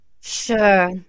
Sure